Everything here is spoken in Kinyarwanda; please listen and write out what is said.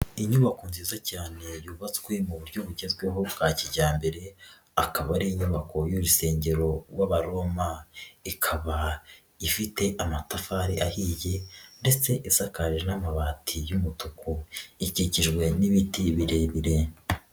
Inyubako nziza cyane yubatswe mu buryo bugezweho bwa kijyambere, akaba ari inyubako y'urusengero rw'Abaroma, ikaba ifite amatafari ahiye ndetse isakaje n'amabati y'umutuku, ikikijwe n'ibiti birebire.